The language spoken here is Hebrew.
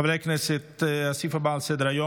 חברי הכנסת, הסעיף הבא על סדר-היום: